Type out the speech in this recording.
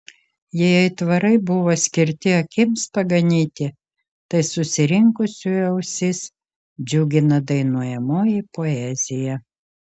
jei aitvarai buvo skirti akims paganyti tai susirinkusiųjų ausis džiugina dainuojamoji poezija